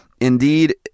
Indeed